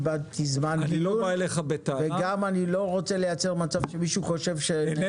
אני לא רוצה לייצר מצב שמישהו יחשוב שעשינו דברים במהירות.